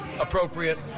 appropriate